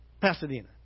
Pasadena